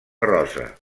rosa